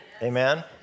Amen